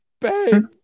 babe